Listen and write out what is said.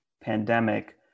pandemic